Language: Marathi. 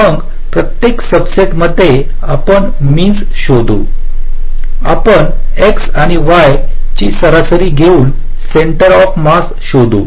मग प्रत्येक सब सेट मध्ये आपण मिनस शोधू आपण x आणि y ची सरासरी घेऊन सेंटर ऑफ मास शोधू